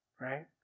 right